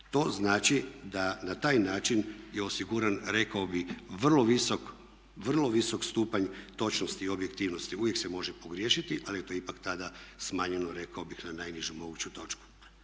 To znači da na taj način je osiguran rekao bih vrlo visok stupanj točnosti i objektivnosti. Uvijek se može pogriješiti ali je to ipak tada smanjeno rekao bih na najnižu moguću točku.